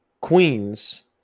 Queens